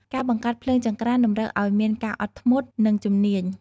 ការបង្កាត់ភ្លើងចង្ក្រានតម្រូវឱ្យមានការអត់ធ្មត់ និងជំនាញ។